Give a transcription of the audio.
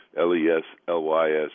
L-E-S-L-Y-S